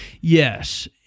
Yes